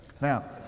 Now